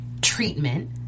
treatment